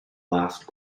last